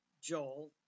Joel